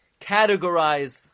categorize